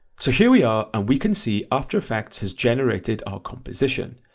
so here we are and we can see affter effects has generated our composition,